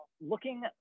looking